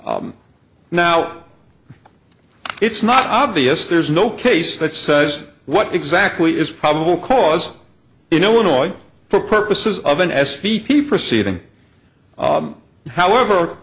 cause now it's not obvious there's no case that says what exactly is probable cause in illinois for purposes of an s p t proceeding however